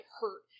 hurt